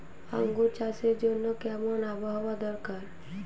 আঙ্গুর চাষের জন্য কেমন আবহাওয়া দরকার?